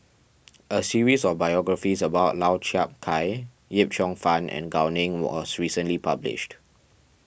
a series of biographies about Lau Chiap Khai Yip Cheong Fun and Gao Ning was recently published